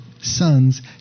sons